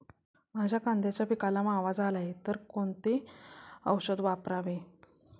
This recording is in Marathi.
माझ्या कांद्याच्या पिकाला मावा झाला आहे तर कोणते औषध वापरावे?